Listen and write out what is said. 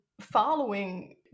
following